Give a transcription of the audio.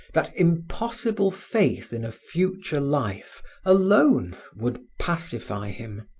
that impossible faith in a future life alone would pacify him.